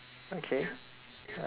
okay